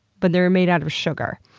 but they're made out of sugar.